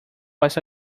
was